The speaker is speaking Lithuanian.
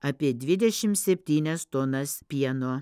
apie dvidešimt septynias tonas pieno